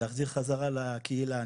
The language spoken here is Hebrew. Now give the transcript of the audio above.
להחזיר חזרה לקהילה.